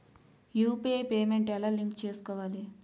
UPI payment ఎలా link చేసుకోవాలి?